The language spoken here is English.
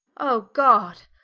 o god,